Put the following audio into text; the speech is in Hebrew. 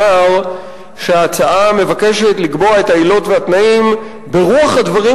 שההצעה מבקשת לקבוע את העילות והתנאים ברוח הדברים